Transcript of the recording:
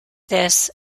this